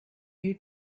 you